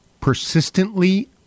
persistently